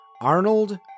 Arnold